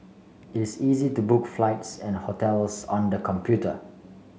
it is easy to book flights and hotels on the computer